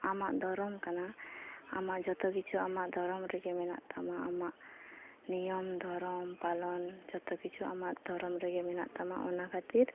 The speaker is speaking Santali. ᱟᱢᱟᱜ ᱫᱷᱚᱨᱚᱢ ᱠᱟᱱᱟ ᱟᱢᱟᱜ ᱡᱚᱛᱚ ᱠᱤᱪᱷᱩ ᱟᱢᱟᱜ ᱫᱷᱚᱨᱚᱢ ᱨᱮᱜᱮ ᱢᱮᱱᱟᱜ ᱛᱟᱢᱟ ᱟᱢᱟᱜ ᱱᱤᱭᱚᱢ ᱫᱷᱚᱨᱚᱢ ᱯᱟᱞᱚᱱ ᱡᱚᱛᱚ ᱠᱤᱪᱷᱩ ᱟᱢᱟᱜ ᱫᱷᱚᱨᱚᱢ ᱨᱮᱜᱮ ᱢᱮᱱᱟᱜ ᱛᱟᱢᱟ ᱚᱱᱟ ᱠᱷᱟᱹᱛᱤᱨ